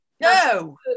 No